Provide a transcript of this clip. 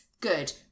good